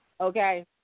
Okay